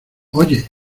oye